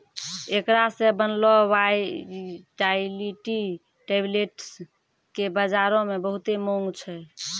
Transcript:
एकरा से बनलो वायटाइलिटी टैबलेट्स के बजारो मे बहुते माँग छै